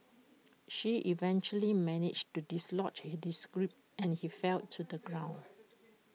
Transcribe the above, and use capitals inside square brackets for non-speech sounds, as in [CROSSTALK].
she eventually managed to dislodge and his grip and he fell to the ground [NOISE]